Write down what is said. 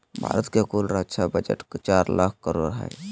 भारत के कुल रक्षा बजट चार लाख करोड़ हय